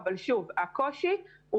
אבל הקושי הוא